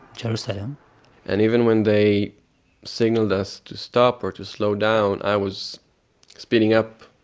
jerusalem and even when they signaled us to stop or to slow down, i was speeding up,